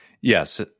Yes